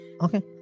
okay